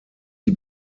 die